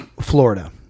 Florida